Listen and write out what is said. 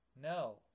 no